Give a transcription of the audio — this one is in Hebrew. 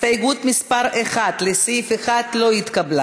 מסעוד גנאים,